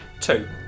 two